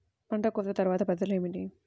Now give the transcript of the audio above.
పంట కోత తర్వాత పద్ధతులు ఏమిటి?